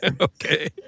Okay